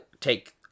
take